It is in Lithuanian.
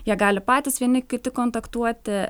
jie gali patys vieni kiti kontaktuoti